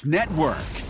Network